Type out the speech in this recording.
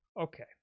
Okay